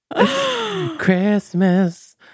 Christmas